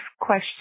question